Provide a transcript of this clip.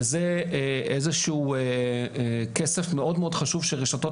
וזה איזה שהוא כסף מאוד מאוד חשוב שרשתות